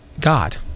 God